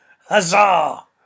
Huzzah